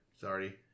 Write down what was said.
Sorry